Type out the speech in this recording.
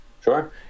sure